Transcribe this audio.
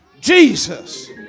jesus